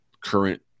current